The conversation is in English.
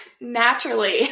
Naturally